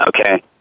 Okay